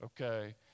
okay